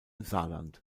saarland